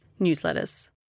newsletters